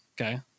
okay